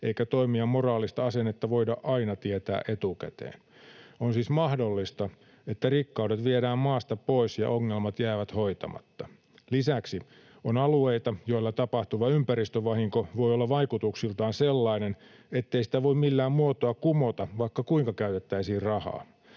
eikä toimijan moraalista asennetta voida aina tietää etukäteen. On siis mahdollista, että rikkaudet viedään maasta pois ja ongelmat jäävät hoitamatta. Lisäksi on alueita, joilla tapahtuva ympäristövahinko voi olla vaikutuksiltaan sellainen, ettei sitä voi millään muotoa kumota, vaikka kuinka käytettäisiin rahaa.